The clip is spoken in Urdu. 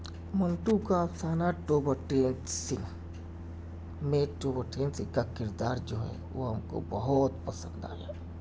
منٹو کا افسانہ ٹوبہ ٹیک سنگھ میں ٹوبہ ٹیک سنگھ کا کردار جو ہے وہ ہم کو بہت پسند آیا